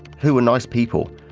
who were nice people,